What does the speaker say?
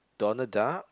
Donald-Duck